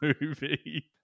movie